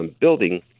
building